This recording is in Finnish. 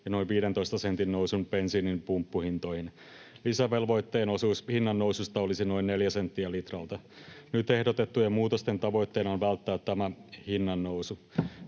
ja noin 15 sentin nousun bensiinin pumppuhintoihin. Lisävelvoitteen osuus hinnannoususta olisi noin neljä senttiä litralta. Nyt ehdotettujen muutosten tavoitteena on välttää tämä hinnannousu.